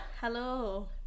Hello